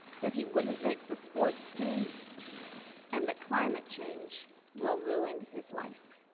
that he wouldn't make the sports team and that climate change will ruin his life.